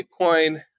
Bitcoin